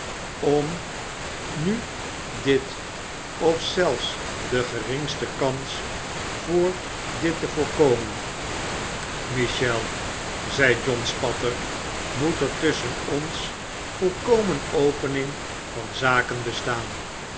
om nu dit of zelfs de geringste kans voor dit te voorkomen michel zei john spatter moet er tusschen ons volkomen opening van zaken bestaan